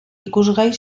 ikusgai